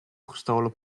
gestolen